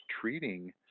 treating